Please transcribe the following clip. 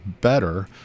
better